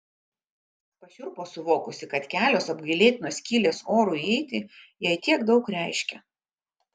pašiurpo suvokusi kad kelios apgailėtinos skylės orui įeiti jai tiek daug reiškia